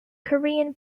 korean